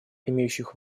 имеющих